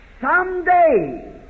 someday